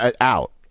Out